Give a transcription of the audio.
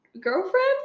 girlfriend